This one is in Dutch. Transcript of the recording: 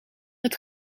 het